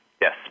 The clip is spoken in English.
yes